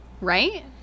right